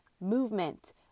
movement